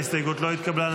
ההסתייגות לא התקבלה.